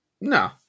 No